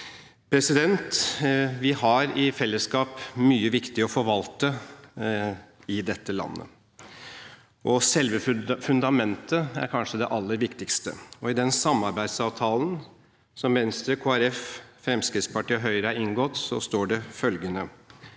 Stortinget! Vi har i fellesskap mye viktig å forvalte i dette landet. Selve fundamentet er kanskje det aller viktigste. I den samarbeidsavtalen som Venstre, Kristelig Folkeparti, Fremskrittspartiet og Høyre har inngått, står det følgende: